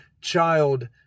child